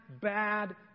bad